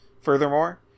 Furthermore